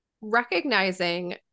recognizing